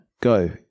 Go